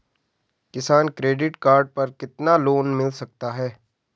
किसान credit card पर कितना लोंन मिल सकता है?